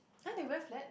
!huh! they wear flat